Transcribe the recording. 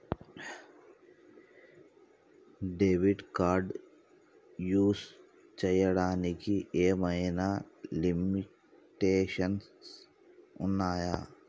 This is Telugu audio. డెబిట్ కార్డ్ యూస్ చేయడానికి ఏమైనా లిమిటేషన్స్ ఉన్నాయా?